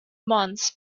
months